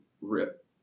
Rip